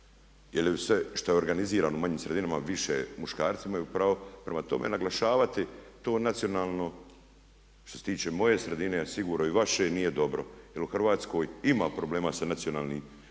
žene, jer što je organizirano u manjim sredinama više muškarci imaju pravo. Prema tome naglašavati to što se tiče moje sredine a sigurno i vaše nije dobro jer u Hrvatskoj ima problema sa nacionalnim ali